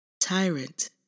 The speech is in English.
tyrant